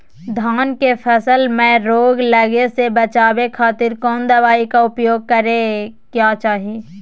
धान के फसल मैं रोग लगे से बचावे खातिर कौन दवाई के उपयोग करें क्या चाहि?